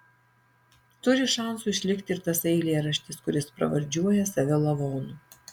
turi šansų išlikti ir tasai eilėraštis kuris pravardžiuoja save lavonu